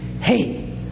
Hey